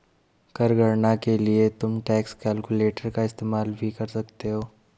कर गणना के लिए तुम टैक्स कैलकुलेटर का इस्तेमाल भी कर सकते हो